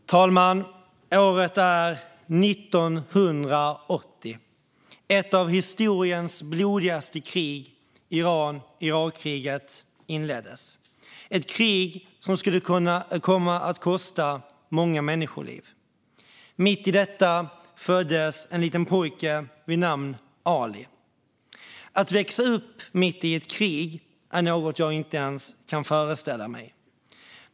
Fru talman! Året var 1980, då ett av historiens blodigaste krig, kriget mellan Iran och Irak, inleddes, ett krig som skulle komma att kosta många människoliv. Mitt i detta föddes en liten pojke vid namn Ali. Att växa upp mitt i ett krig, är något jag inte ens kan föreställa mig.